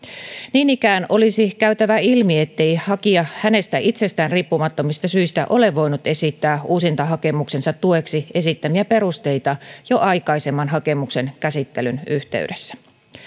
niin ikään olisi käytävä ilmi ettei hakija hänestä itsestään riippumattomista syistä ole voinut esittää uusintahakemuksensa tueksi esittämiään perusteita jo aikaisemman hakemuksen käsittelyn yhteydessä